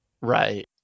Right